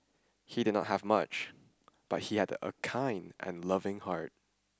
he did not have much but he had a kind and loving heart